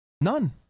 None